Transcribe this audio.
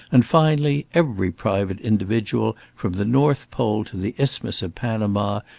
and finally every private individual, from the north pole to the isthmus of panama,